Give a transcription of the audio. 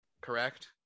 correct